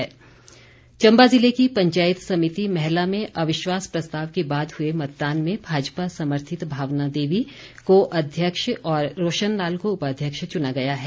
चम्बा भाजपा चम्बा ज़िले की पंचायत समिति मैहला में अविश्वास प्रस्ताव के बाद हुए मतदान में भाजपा समर्थित भावना देवी को अध्यक्ष और रोशन लाल को उपाध्यक्ष चुना गया है